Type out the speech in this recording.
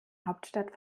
hauptstadt